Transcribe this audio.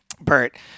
bert